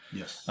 yes